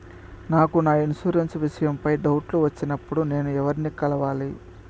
నాకు నా ఇన్సూరెన్సు విషయం పై డౌట్లు వచ్చినప్పుడు నేను ఎవర్ని కలవాలి?